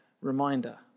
reminder